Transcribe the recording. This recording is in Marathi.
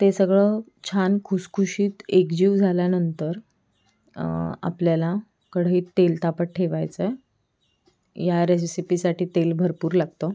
ते सगळं छान खुशखुशीत एकजीव झाल्यानंतर आपल्याला कढईत तेल तापत ठेवायचं आहे ह्या रेसिपीसाठी तेल भरपूर लागतं